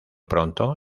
pronto